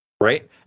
right